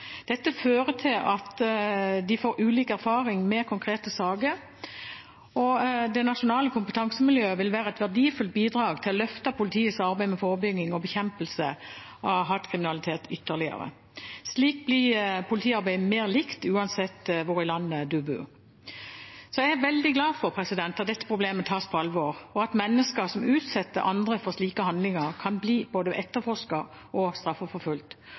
Dette fører til at de får ulik erfaring med konkrete saker. Det nasjonale kompetansemiljøet vil være et verdifullt bidrag til å løfte politiets arbeid med forebygging og bekjempelse av hatkriminalitet ytterligere. Slik blir politiarbeidet mer likt uansett hvor i landet man bor. Jeg er veldig glad for at dette problemet tas på alvor, og at mennesker som utsetter andre for slike handlinger, kan bli både etterforsket og straffeforfulgt.